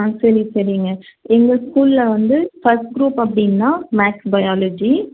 ஆ சரி சரிங்க எங்கள் ஸ்கூலில் வந்து ஃபஸ்ட் குரூப் அப்படின்னா மேக்ஸ் பயாலஜி